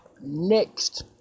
Next